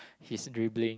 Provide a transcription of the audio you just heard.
his dribbling